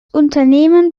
unternehmen